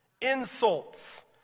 insults